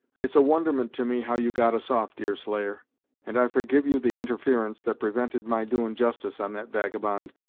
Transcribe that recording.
it's a wonderment to me how you got us off, deerslayer and i forgive you the interference that prevented my doin' justice on that vagabond,